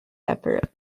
effort